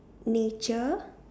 nature